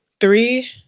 three